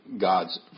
God's